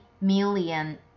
million